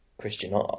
Christian